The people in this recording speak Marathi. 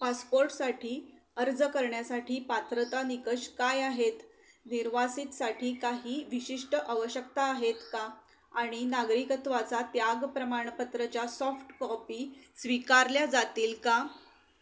पासपोर्टसाठी अर्ज करण्यासाठी पात्रता निकष काय आहेत निर्वासीतसाठी काही विशिष्ट आवश्यकता आहेत का आणि नागरिकत्वाचा त्याग प्रमाणपत्रच्या सॉफ्टकॉपी स्वीकारल्या जातील का